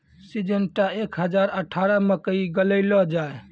Syngenta एक हजार अठारह मकई लगैलो जाय?